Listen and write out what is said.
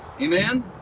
amen